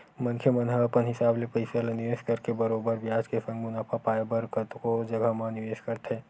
मनखे मन ह अपन हिसाब ले पइसा ल निवेस करके बरोबर बियाज के संग मुनाफा पाय बर कतको जघा म निवेस करथे